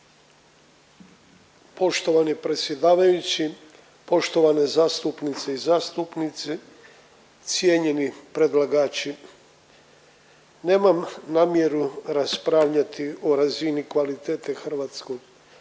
Poštovani predsjedavajući, poštovane zastupnice i zastupnici, cijenjeni predlagači nemam namjeru raspravljati o razini kvalitete hrvatskog